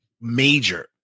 major